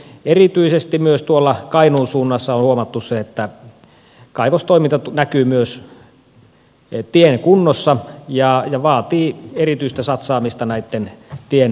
erityisesti myös tuolla kainuun suunnassa on huomattu se että kaivostoiminta näkyy myös tien kunnossa ja vaatii erityistä satsaamista näitten teiden ylläpitoon